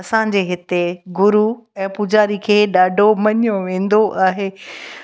असांजे हिते गुरू ऐं पूजारी खे ॾाढो मञियो वेंदो आहे